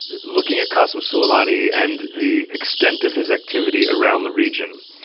looking at costume's suleimani and the extent of his activity around the region,